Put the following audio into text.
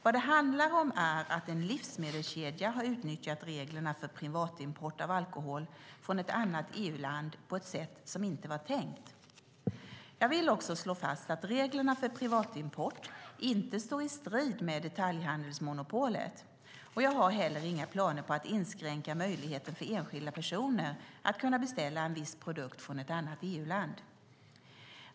Vad det handlar om är att en livsmedelskedja har utnyttjat reglerna för privatimport av alkohol från ett annat EU-land på ett sätt som inte var tänkt. Jag vill också slå fast att reglerna för privatimport inte står i strid med detaljhandelsmonopolet, och jag har heller inga planer på att inskränka möjligheten för enskilda personer att kunna beställa en viss produkt från ett annat EU-land.